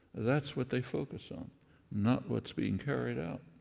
that's what they focus um not what's being carried out.